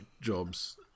jobs